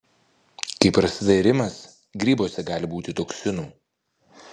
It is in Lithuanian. kai prasideda irimas grybuose gali būti toksinų